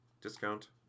Discount